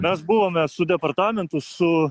mes buvome su departamentu su